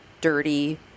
dirty